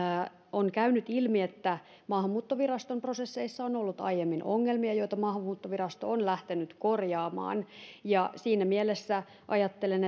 on käynyt ilmi että maahanmuuttoviraston prosesseissa on ollut aiemmin ongelmia joita maahanmuuttovirasto on lähtenyt korjaamaan siinä mielessä ajattelen